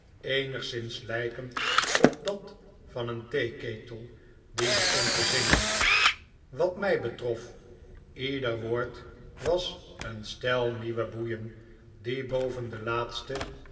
eenigszins lijkend op dat van een theeketel die begint te zingen wat mij betrof ieder woord was een stel nieuwe boeien die boven de laatste